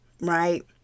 right